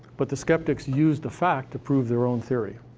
but the skeptics use the fact to prove their own theory.